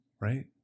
Right